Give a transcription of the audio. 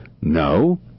No